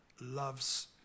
loves